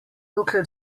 dokler